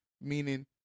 meaning